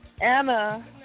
Anna